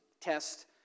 test